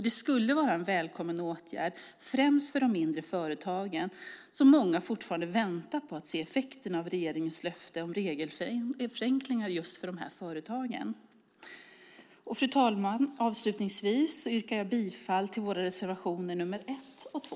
Det skulle vara en välkommen åtgärd främst för de mindre företagen. Många väntar fortfarande på att se effekterna av regeringens löfte om regelförenklingar för företag. Fru talman! Jag yrkar bifall till våra reservationer nr 1 och 2.